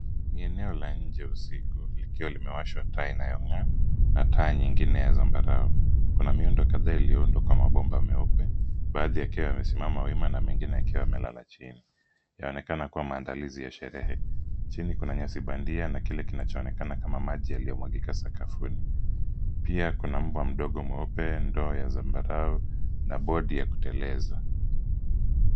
Ni eneo la nje usiku likiwa limewashwa taa inayong'aa na taa nyingine ya zambarau. Kuna miundo kadhaa iliyoundwa kwa mabomba meupe, baadhi yakiwa yamesimama wima na mengine yakiwa yamelala chini. Yanaonekana kuwa maandalizi ya sherehe. Chini kuna nyasi bandia na kile kinachoonekana kama maji yaliyomwagika sakafuni. Pia, kuna mbwa mdogo mweupe, ndoo ya zambarau na bodi ya kuteleza.